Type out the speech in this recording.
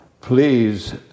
please